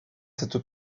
cette